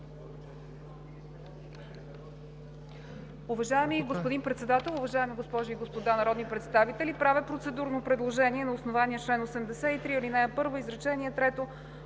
Уважаеми господин Председател, уважаеми госпожи и господа народни представители! Правя процедурно предложение на основание чл. 83, ал. 1, изречение трето